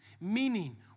meaning